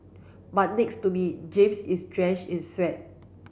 but next to me James is drenched in sweat